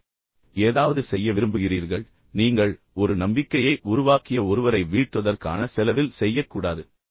நீங்கள் ஏதாவது செய்ய விரும்புகிறீர்கள் நீங்கள் ஒரு நம்பிக்கையை உருவாக்கிய ஒருவரை வீழ்த்துவதற்கான செலவில் செய்யக்கூடாது